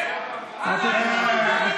בבקשה,